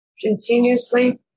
Continuously